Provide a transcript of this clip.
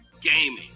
gaming